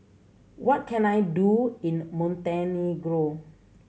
what can I do in Montenegro